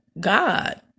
God